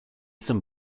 some